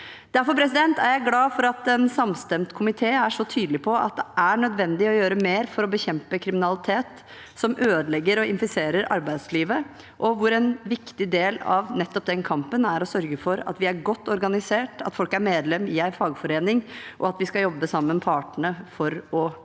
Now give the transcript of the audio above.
Derfor er jeg glad for at en samstemt komité er så tydelig på at det er nødvendig å gjøre mer for å bekjempe kriminalitet som ødelegger og infiserer arbeidslivet. En viktig del av nettopp den kampen er å sørge for at vi er godt organisert, at folk er medlem i en fagforening, og at vi skal jobbe sammen med partene for å styrke